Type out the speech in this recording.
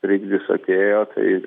trikdis atėjo tai